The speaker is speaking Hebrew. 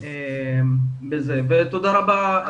תודה רבה,